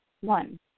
one